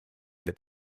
that